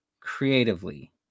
creatively